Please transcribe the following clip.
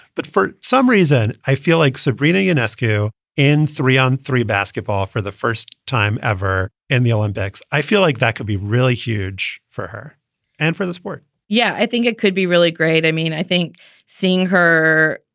but for some reason, i feel like sabrina and ask you in three on three basketball for the first time ever in the olympics, i feel like that could be really huge for her and for the sport yeah, i think it could be really great. i mean, i think seeing her.